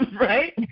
right